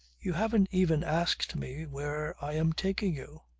you haven't even asked me where i am taking you.